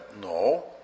No